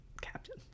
Captain